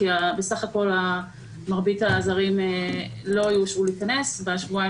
כי בסך הכול מרבית הזרים לא יאושרו להיכנס בשבועיים